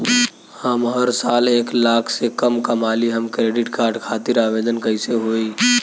हम हर साल एक लाख से कम कमाली हम क्रेडिट कार्ड खातिर आवेदन कैसे होइ?